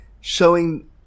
showing